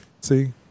see